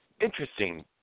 interesting